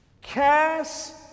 cast